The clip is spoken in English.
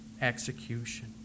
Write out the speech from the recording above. execution